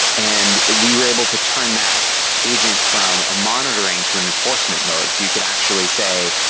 and we were able to turn that agent from monitoring to an enforcement mode. so you could actually say,